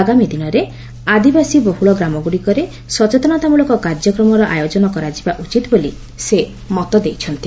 ଆଗାମୀ ଦିନରେ ଆଦିବାସୀ ବହୁଳ ଗ୍ରାମଗୁଡ଼ିକରେ ସଚେତନତାମୂଳକ କାର୍ଯ୍ୟକ୍ରମ ଆୟୋଜନ କରାଯିବା ଉଚିତ ବୋଲି ସେ ମତଦେଇଛନ୍ତି